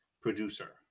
producer